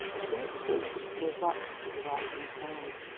but in its sleep it still waxed with the rising tide.